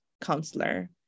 counselor